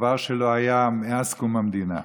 דבר שלא היה מאז קום המדינה.